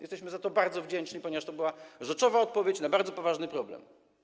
Jesteśmy za to bardzo wdzięczni, ponieważ to była rzeczowa odpowiedź na bardzo poważny problem.